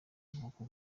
nk’uko